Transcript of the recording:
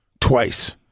twice